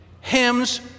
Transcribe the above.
hymns